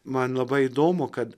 man labai įdomu kad